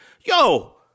yo